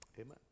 amen